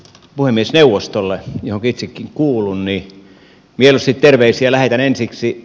puhemiesneuvostolle johonka itsekin kuulun mieluusti terveisiä lähetän ensiksi